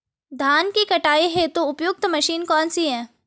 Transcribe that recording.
धान की कटाई हेतु उपयुक्त मशीन कौनसी है?